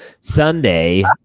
Sunday